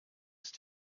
ist